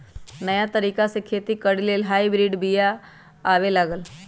नयाँ तरिका से खेती करे लेल हाइब्रिड बिया आबे लागल